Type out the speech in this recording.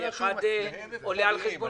אחד שהוא מקבל משכורת.